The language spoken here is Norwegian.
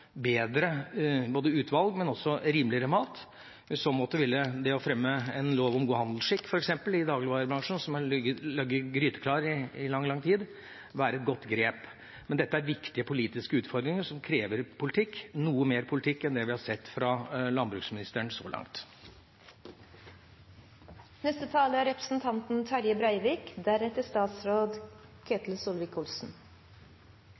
bedre utvalg, men også rimeligere mat. I så måte ville f.eks. det å fremme en lov om god handelsskikk i dagligvarebransjen – som har ligget gryteklar i lang, lang tid – være et godt grep. Men dette er viktige politiske utfordringer som krever noe mer politikk enn det vi har sett fra landbruksministeren så langt. Det er